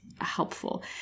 helpful